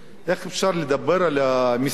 איך אפשר לדבר על מסתננים